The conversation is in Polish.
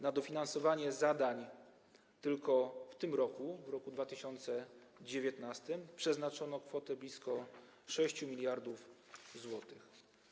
Na dofinansowanie zadań tylko w tym roku, w roku 2019, przeznaczono kwotę blisko 6 mld zł.